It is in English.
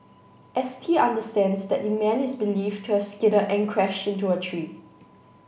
S T understands that the man is believed to have skidded and crashed into a tree